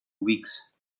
weeks